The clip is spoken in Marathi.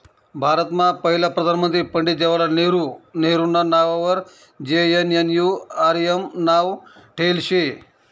भारतमा पहिला प्रधानमंत्री पंडित जवाहरलाल नेहरू नेहरूना नाववर जे.एन.एन.यू.आर.एम नाव ठेयेल शे